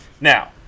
Now